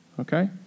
Okay